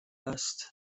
است